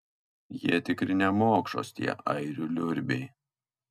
jie tikri nemokšos tie airių liurbiai